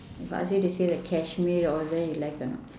if ask you to stay the kashmir all there you like or not